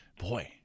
Boy